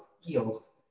skills